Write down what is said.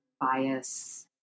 bias